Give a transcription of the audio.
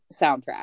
soundtrack